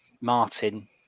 martin